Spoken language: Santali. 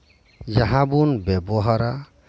ᱡᱟᱦᱟᱸᱵᱚᱱ ᱵᱮᱵᱚᱦᱟᱨᱟ